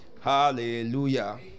Hallelujah